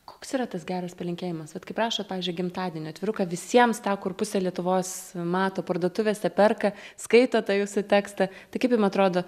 koks yra tas geras palinkėjimas vat kaip rašot pavyzdžiui gimtadienio atviruką visiems tą kur pusė lietuvos mato parduotuvėse perka skaito tą jūsų tekstą tai kaip jum atrodo